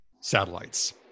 satellites